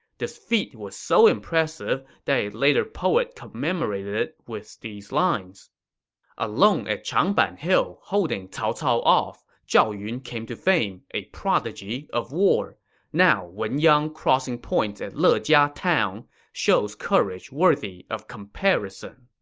this feat was so impressive that a later poet commemorated it with these lines alone at changban hill holding cao cao off zhao yun came to fame, a prodigy of war now, wen yang crossing points at lejia town shows courage worthy of comparison